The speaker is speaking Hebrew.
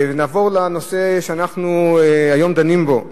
נעבור לנושא שאנחנו דנים בו היום.